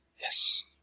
Yes